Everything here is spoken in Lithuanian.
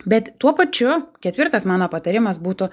bet tuo pačiu ketvirtas mano patarimas būtų